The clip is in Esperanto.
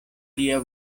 lia